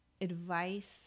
advice